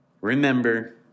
Remember